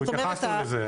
אנחנו התייחסנו לזה.